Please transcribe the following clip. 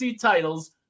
titles